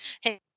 Hey